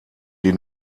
die